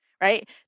right